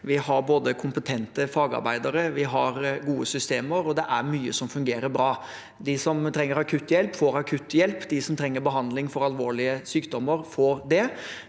Vi har kompetente fagarbeidere og gode systemer, og det er mye som fungerer bra. De som trenger akutthjelp, får akutthjelp, de som trenger behandling for alvorlige sykdommer, får det,